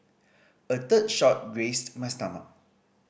a third shot grazed my stomach